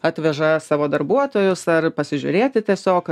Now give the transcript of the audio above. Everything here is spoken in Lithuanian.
atveža savo darbuotojus ar pasižiūrėti tiesiog